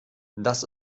das